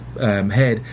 head